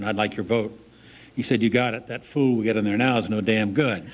and i'd like your vote he said you got it that food get in there now is no damn good